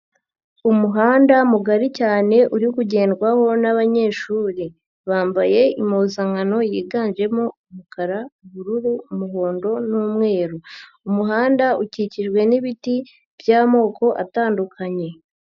Umuhanda mugari cyane uri kugendwaho n'abanyeshuri, bambaye impuzankano yiganjemo umukara, ubururu, umuhondo n'umweru, umuhanda ukikijwe n'ibiti by'amoko atandukanye.